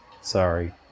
Sorry